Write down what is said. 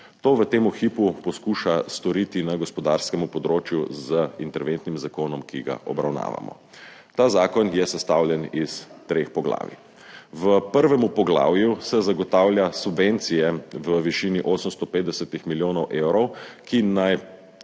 To v tem hipu poskuša storiti na gospodarskem področju z interventnim zakonom, ki ga obravnavamo. Ta zakon je sestavljen iz treh poglavij. V prvem poglavju se zagotavlja subvencije v višini 850 milijonov evrov, ki naj